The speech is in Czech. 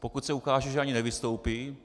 Pokud se ukáže, že ani nevystoupí,